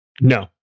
No